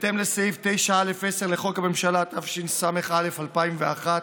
בהתאם לסעיף 9(א)(10) לחוק הממשלה, התשס"א 2001,